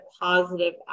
positive